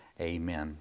amen